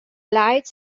lights